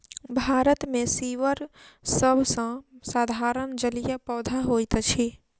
भारत मे सीवर सभ सॅ साधारण जलीय पौधा होइत अछि